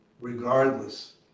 regardless